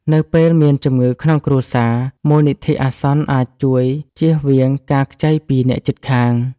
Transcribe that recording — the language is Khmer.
នៅពេលមានជំងឺក្នុងគ្រួសារ មូលនិធិអាសន្នអាចជួយជៀសវាងការខ្ចីពីអ្នកជិតខាង។